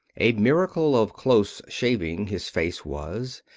a miracle of close shaving his face was,